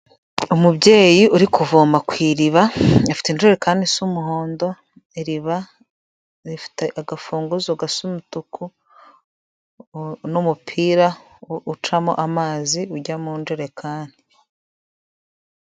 Umubyeyi uri kuvoma ku iriba afite injerekani is'umuhondo iriba rifite agafunguzo gasa umutuku n'umupira ucamo amazi ujya mu njerekani.